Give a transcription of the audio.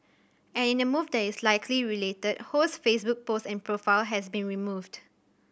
and in a move that is likely related Ho's Facebook post and profile has been removed